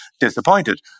disappointed